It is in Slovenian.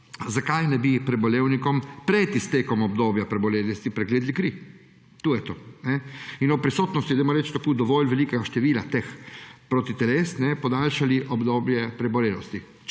Zakaj ne bi prebolevnikom pred iztekom obdobja prebolelosti pregledali kri? To je to. In ob prisotnosti dovolj velikega števila teh protiteles podaljšali obdobje prebolelosti,